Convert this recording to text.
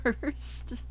first